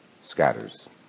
scatters